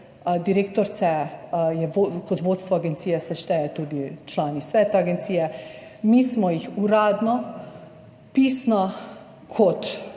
direktorice – kot vodstvo agencije se štejejo tudi člani sveta agencije – mi smo jih uradno pisno kot akter,